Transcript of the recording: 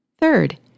Third